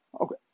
Okay